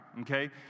okay